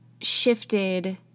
shifted